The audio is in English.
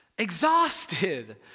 exhausted